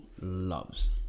loves